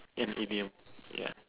ya the idiom ya